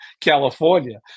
California